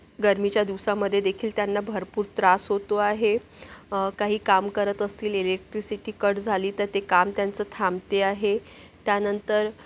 गरमीच्या दिवसामध्येदेखील त्यांना भरपूर त्रास होतो आहे काही काम करत असतील इलेक्ट्रिसिटी कट झाली तर ते काम त्यांचं थांबते आहे त्यानंतर